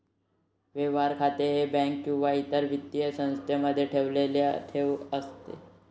व्यवहार खाते हे बँक किंवा इतर वित्तीय संस्थेमध्ये ठेवलेले ठेव खाते आहे